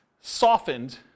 softened